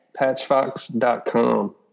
Patchfox.com